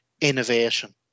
innovation